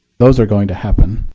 those are going to happen.